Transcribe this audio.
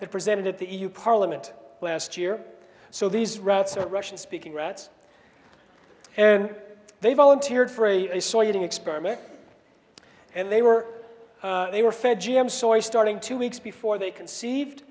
that presented at the e u parliament last year so these rats are russian speaking rats and they volunteered for a soiling experiment and they were they were fed g m soy starting two weeks before they conceived